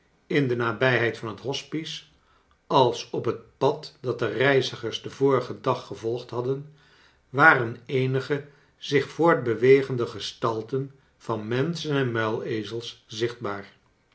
in de nabijheid van het hospice als op het pad dat de reizigers den vorigen dag gevolgd hadden waren eenige zich voortbewegende gestalt'en van menschen en muilezels zichtbaar